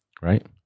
right